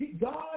God